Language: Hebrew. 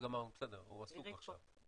הוא עסוק עכשיו,